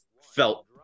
felt